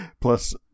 Plus